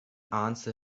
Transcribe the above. answer